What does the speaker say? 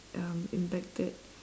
um impacted